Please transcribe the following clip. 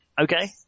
Okay